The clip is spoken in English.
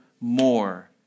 more